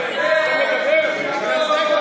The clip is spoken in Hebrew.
תודה רבה.